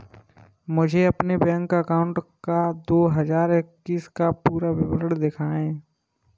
मुझे अपने bank account का दो हज़ार इक्कीस का पूरा विवरण दिखाएँ?